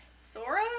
Sora